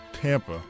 Tampa